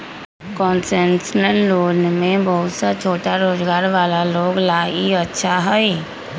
concessional loan में बहुत सा छोटा रोजगार वाला लोग ला ई अच्छा हई